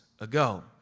ago